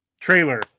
trailer